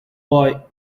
boy